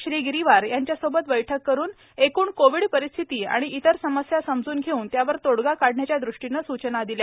श्रीगिरीवार यांच्यासोबत बैठक करून एकृण कोविड परिस्थिती आणि इतर समस्या समजून घेऊन त्यावर तोडगा काढण्याच्या ृष्टीने सुचना दिल्या